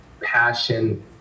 passion